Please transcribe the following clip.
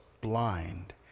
blind